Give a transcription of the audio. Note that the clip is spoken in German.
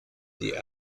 die